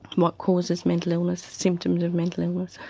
what causes mental illness, symptoms of mental illness,